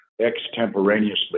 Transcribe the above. extemporaneously